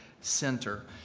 center